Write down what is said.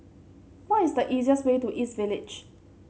what is the easiest way to East Village